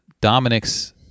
Dominic's